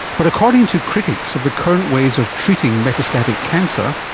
but according to critics of the current ways of treating metastatic cancer,